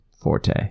forte